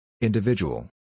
Individual